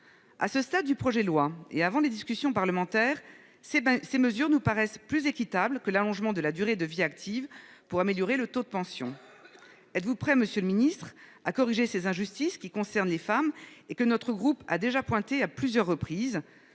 À ce stade du projet de loi et avant des discussions parlementaires ces ben ces mesures nous paraissent plus équitable que l'allongement de la durée de vie active pour améliorer le taux de pension. Êtes-vous prêt Monsieur le Ministre à corriger ces injustices qui concerne les femmes et que notre groupe a déjà pointé à plusieurs reprises